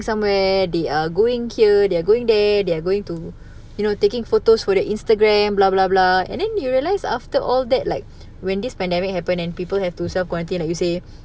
somewhere they are going here they're going there they're going to you know taking photos for their instagram blah blah blah and then you realize after all that like when this pandemic happen then people have to self quarantine like you say